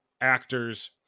actors